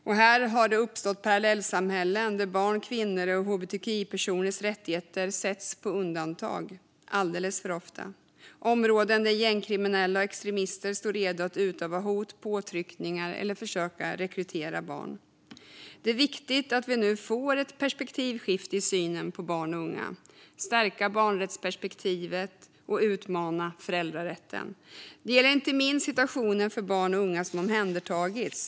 Där har det uppstått parallellsamhällen där barns, kvinnors och hbtqi-personers rättigheter sätts på undantag alldeles för ofta. Detta är områden där gängkriminella och extremister står redo att utöva hot och påtryckningar eller att försöka rekrytera barn. Det är viktigt att vi nu får ett perspektivskifte i synen på barn och unga, att barnrättsperspektivet stärks och att föräldrarätten utmanas. Det gäller inte minst situationen för barn och unga som omhändertagits.